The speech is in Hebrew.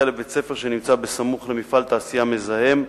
לבית-ספר שנמצא בסמוך למפעל תעשייה מזהם,